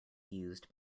used